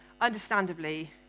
understandably